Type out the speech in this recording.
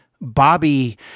Bobby